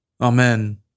Amen